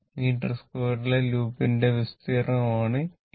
metre സ്ക്വയറിലെ ലൂപ്പിന്റെ വിസ്തീർണ്ണമാണ് എ